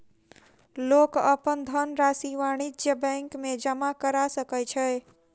लोक अपन धनरशि वाणिज्य बैंक में जमा करा सकै छै